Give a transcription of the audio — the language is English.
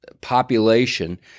population